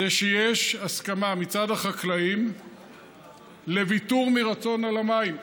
זה שיש הסכמה מצד החקלאים לוויתור מרצון על המים.